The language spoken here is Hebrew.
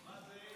מה זה?